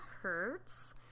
hurts